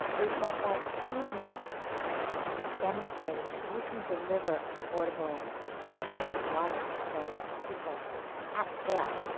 is that by proving and demonstrating that you can deliver affordable safe water to low-income people at scale,